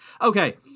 okay